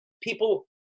people